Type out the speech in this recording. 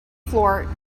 floor